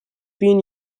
been